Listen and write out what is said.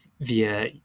via